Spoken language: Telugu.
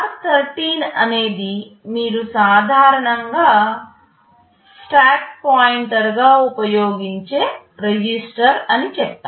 R13 అనేది మీరు సాధారణంగా స్టాక్ పాయింటర్గా ఉపయోగించే రిజిస్టర్ అని చెప్పాను